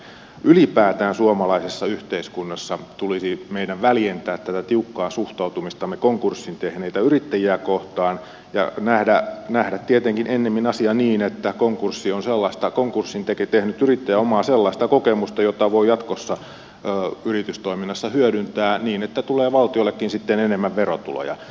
ylipäätään suomalaisessa yhteiskunnassa meidän tulisi väljentää tätä tiukkaa suhtautumistamme konkurssin tehneitä yrittäjiä kohtaan ja nähdä tietenkin asia ennemmin niin että konkurssin tehnyt yrittäjä omaa sellaista kokemusta jota voi jatkossa yritystoiminnassa hyödyntää niin että tulee valtiollekin sitten enemmän verotuloja